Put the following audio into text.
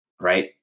right